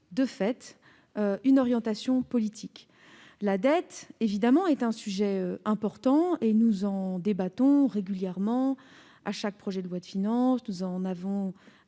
de fait, une orientation politique. Certes, la dette est un sujet important, dont nous débattons régulièrement à chaque projet de loi de finances. Nous en avons